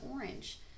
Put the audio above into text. orange